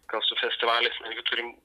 ten su festivaliais netgi turim